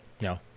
No